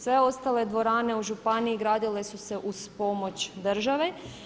Sve ostale dvorane u županiji gradile su se uz pomoć države.